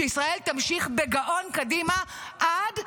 שישראל תמשיך בגאון קדימה עד,